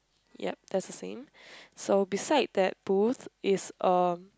yup that's the same so beside that booth is uh